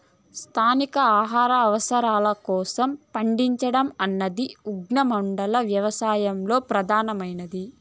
స్థానికంగా ఆహార అవసరాల కోసం పండించడం అన్నది ఉష్ణమండల వ్యవసాయంలో ప్రధానమైనది